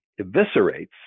eviscerates